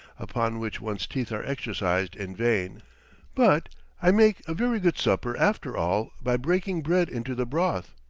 upon which one's teeth are exercised in vain but i make a very good supper after all by breaking bread into the broth.